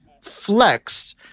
flex